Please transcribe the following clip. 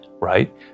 right